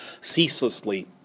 ceaselessly